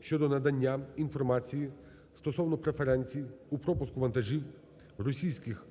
щодо надання інформації стосовно преференцій у пропуску вантажів російських